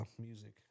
music